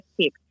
tip